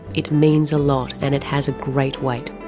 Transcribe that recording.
it means a lot and it has a great weight.